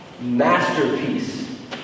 masterpiece